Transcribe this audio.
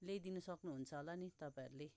ल्याइदिनु सक्नुहुन्छ होला नि तपाईँहरूले